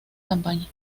campaña